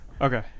Okay